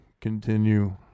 Continue